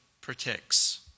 protects